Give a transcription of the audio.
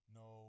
no